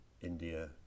India